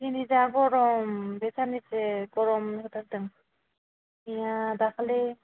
दिनै जा गरम बे सान्नैसो गरम जाथारदों मैया दाखालै